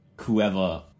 whoever